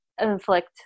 inflict